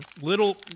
Little